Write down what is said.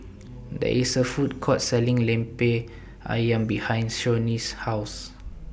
There IS A Food Court Selling Lemper Ayam behind Shawnee's House